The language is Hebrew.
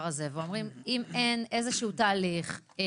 הזה ואומרים: אם אין איזשהו תהליך מסודר,